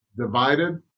divided